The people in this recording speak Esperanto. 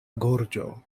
gorĝo